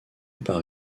par